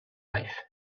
life